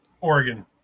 Oregon